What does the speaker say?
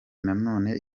nanone